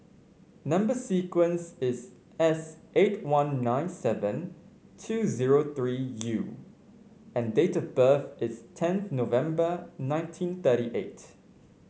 number sequence is S eight one nine seven two zero three U and date of birth is tenth November nineteen thirty eight